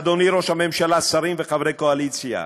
אדוני ראש הממשלה, שרים וחברי קואליציה,